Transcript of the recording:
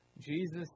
Jesus